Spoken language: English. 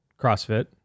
CrossFit